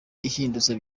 ihindutse